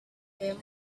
him